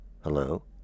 Hello